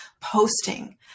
posting